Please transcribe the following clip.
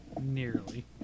Nearly